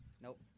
Nope